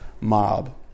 mob